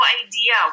idea